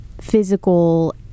physical